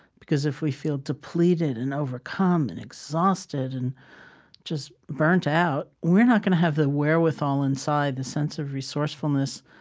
because if we feel depleted and overcome and exhausted and just burnt out, we're not gonna have the wherewithal inside, the sense of resourcefulness,